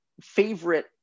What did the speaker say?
favorite